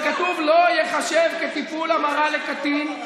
וכתוב: "לא ייחשב כטיפול המרה לקטין,